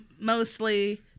mostly